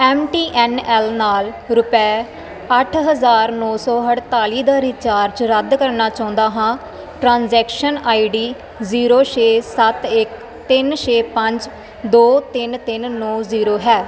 M T N L ਨਾਲ ਰੁਪਏ ਅੱਠ ਹਜ਼ਾਰ ਨੌਂ ਸੌ ਅਠਤਾਲੀ ਦਾ ਰੀਚਾਰਜ ਰੱਦ ਕਰਨਾ ਚਾਹੁੰਦਾ ਹਾਂ ਟ੍ਰਾਂਜੈਕਸ਼ਨ ਆਈਡੀ ਜ਼ੀਰੋ ਛੇ ਸੱਤ ਇੱਕ ਤਿੰਨ ਛੇ ਪੰਜ ਦੋ ਤਿੰਨ ਤਿੰਨ ਨੌਂ ਜ਼ੀਰੋ ਹੈ